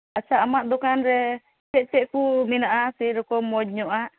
ᱟᱪᱪᱷᱟ ᱟᱢᱟᱜ ᱫᱚᱠᱟᱱ ᱨᱮ ᱪᱮᱫ ᱪᱮᱫ ᱠᱚ ᱢᱮᱱᱟᱜᱼᱟ ᱥᱮᱨᱚᱠᱚᱢ ᱢᱚᱡᱽ ᱧᱚᱜᱟᱜ